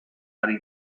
ari